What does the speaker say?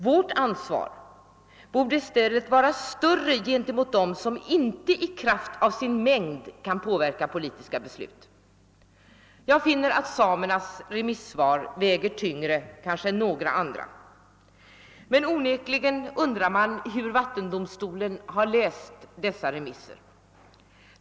Vårt ansvar borde i stället vara större gentemot dem som inte i kraft av sin mängd kan påverka politiska beslut. Jag finner att samernas remissvar väger tyngre än kanske några andra. Onekligen undrar man hur vattendomstolen läst remissvaren.